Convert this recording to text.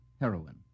heroin